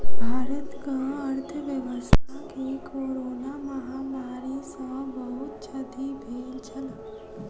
भारतक अर्थव्यवस्था के कोरोना महामारी सॅ बहुत क्षति भेल छल